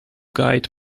guide